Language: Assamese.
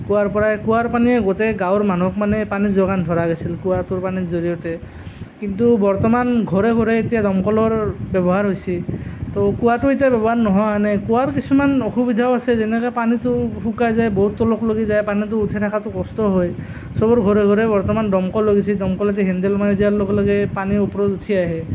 কুঁৱাৰ পৰাই কুঁৱাৰ পানীয়ে গোটেই গাঁৱৰ মানুহক মানে পানী যোগান ধৰা গৈছিল কুঁৱাটোৰ পানীৰ জৰিয়তে কিন্তু বৰ্তমান ঘৰে ঘৰে এতিয়া দমকলৰ ব্যৱহাৰ হৈছে তো কুঁৱাটো এতিয়া ব্যৱহাৰ নহয় মানে কুঁৱাৰ কিছুমান অসুবিধাও আছে যেনেকৈ পানীটো শুকাই যায় বহুত তললৈকে যায় পানীটো উঠাই থকাটো কষ্ট হয় সবৰ ঘৰে ঘৰে বৰ্তমান দমকল হৈ গৈছে দমকলেদি হেণ্ডেল মাৰি দিয়াৰ লগে লগে পানী ওপৰত উঠি আহে